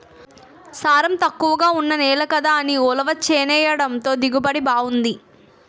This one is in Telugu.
సారం తక్కువగా ఉన్న నేల కదా అని ఉలవ చేనెయ్యడంతో దిగుబడి బావుంది